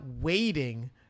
waiting